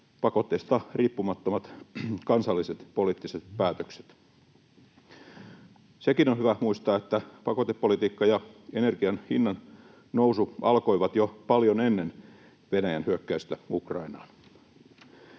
pakotteista riippumattomat poliittiset päätökset. Sekin on hyvä muistaa, että pakotepolitiikka ja energian hinnannousu alkoivat jo paljon ennen Venäjän hyökkäystä Ukrainaan.